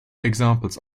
examples